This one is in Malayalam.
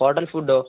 ഹോട്ടൽ ഫുഡ്ഡോ